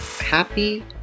happy